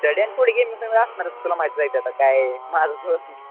study आणि थोडी game समजा असणारच तुला माहीतच आहे आता काय माझं